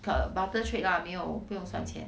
err barter trade lah 不用算钱